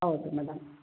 ಹೌದು ಮೇಡಮ್